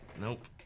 Nope